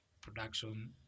production